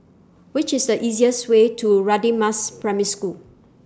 Which IS The easiest Way to Radin Mas Primary School